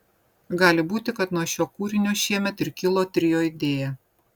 gali būti kad nuo šio kūrinio šiemet ir kilo trio idėja